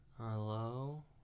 Hello